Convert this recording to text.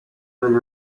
degli